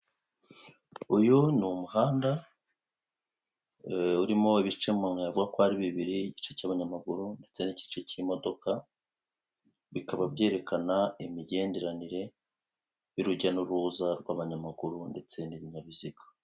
Uyu ni umuhanda urimo ibice umuntu yavuga ko ari bibiri. Igice cy'abanyamaguru ndetse n'igice cy'imodoka, bikaba byerekene imigenderanire y'urujya n'uruza rw'abanyamaguru ndetse n'ibinyabiziga.